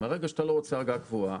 מרגע שאתה לא רוצה אגרה קבועה,